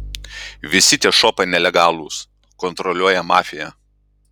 visi tie šopai nelegalūs kontroliuoja mafija